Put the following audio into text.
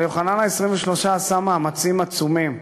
אבל יוחנן ה-23 עשה מאמצים עצומים.